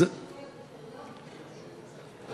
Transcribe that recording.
בגלל שינוי הקריטריונים,